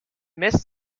missed